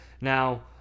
Now